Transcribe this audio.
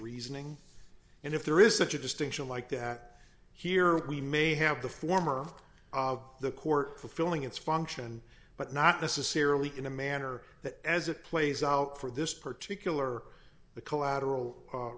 reasoning and if there is such a distinction like that here we may have the former of the court fulfilling its function but not necessarily in a manner that as it plays out for this particular the collateral